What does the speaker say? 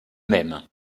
mêmes